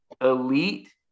elite